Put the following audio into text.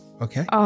Okay